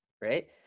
right